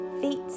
Feet